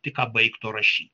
tik ką baigto rašyt